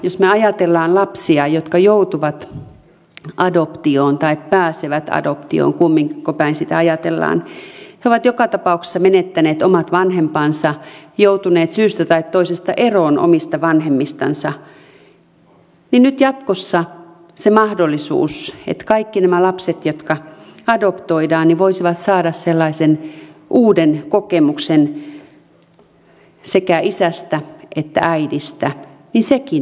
jos me ajattelemme lapsia jotka joutuvat adoptioon tai pääsevät adoptioon kumminko päin sitä ajatellaan he ovat joka tapauksessa menettäneet omat vanhempansa joutuneet syystä tai toisesta eroon omista vanhemmistansa ja nyt jatkossa sekin mahdollisuus että kaikki nämä lapset jotka adoptoidaan voisivat saada sellaisen uuden kokemuksen sekä isästä että äidistä viedään pois